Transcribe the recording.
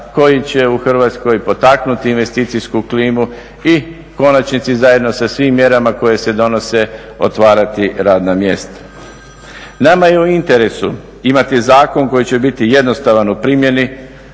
koji će u Hrvatskoj potaknuti investicijsku klimu i u konačnici zajedno sa svim mjerama koje se donose otvarati radna mjesta. Nama je u interesu imati zakon koji će biti jednostavan u primjeni,